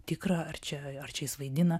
tikra ar čia ar čia jis vaidina